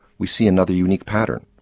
we see another unique pattern.